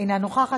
אינה נוכחת,